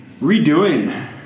redoing